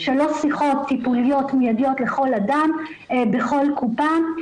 שלוש שיחות טיפוליות מיידיות לכל אדם בכל קופה,